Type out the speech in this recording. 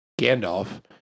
Gandalf